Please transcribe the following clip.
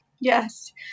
Yes